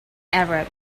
arab